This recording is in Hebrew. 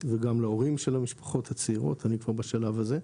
וגם להורים של המשפחות הצעירות אני כבר בשלב הזה.